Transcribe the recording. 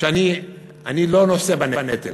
שאני לא נושא בנטל?